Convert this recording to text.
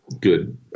good